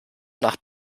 nach